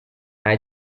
nta